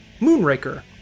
Moonraker